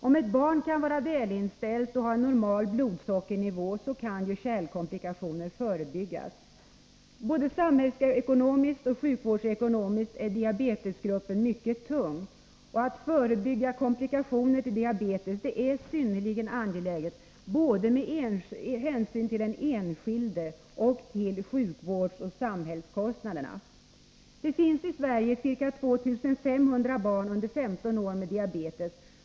Om ett barn kan vara välinställt och ha en normal blodsockernivå, kan ju kärlkomplikationer förebyggas. Både samhällsekonomiskt och sjukvårdsekonomiskt är diabetesgruppen mycket tung. Att förebygga komplikationer till diabetes är synnerligen angeläget, med hänsyn både till den enskilde och till sjukvårdsoch samhällskostnaderna. Det finns i Sverige ca 2500 barn under 15 år med diabetes.